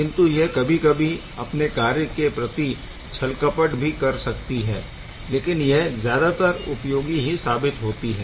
किंतु यह कभी कभी अपने कार्य के प्रति छलकपट भी कर सकती हैलेकिन यह ज़्यादातर उपयोगी ही साबित होती है